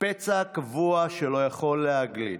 פצע קבוע שלא יכול להגליד.